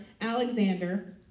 Alexander